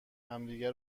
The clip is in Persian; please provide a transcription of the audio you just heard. همدیگه